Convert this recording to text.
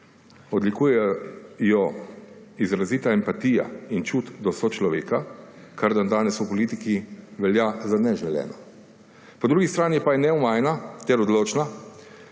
Odlikujeta jo izrazita empatija in čut do sočloveka, kar dandanes v politiki velja za neželeno, po drugi strani pa je neomajna in odločna,